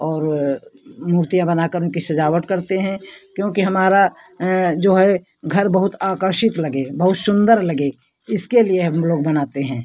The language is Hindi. और मूर्तियाँ बना कर उनकी सजावट करते हैं क्योंकि हमारा घर जो है घर बहुत आकर्षक लगे बहुत सुन्दर लगे इसके लिए हम लोग बनाते हैं